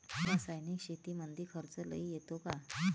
रासायनिक शेतीमंदी खर्च लई येतो का?